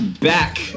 back